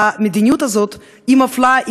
שהמדיניות הזאת היא מפלה,